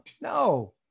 No